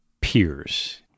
peers